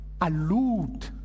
allude